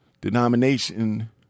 denomination